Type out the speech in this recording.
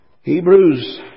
Hebrews